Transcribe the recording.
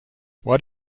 what